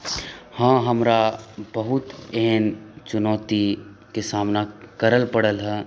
हँ हमरा बहुत एहन चुनौतीके सामना करै लए पड़ल हँ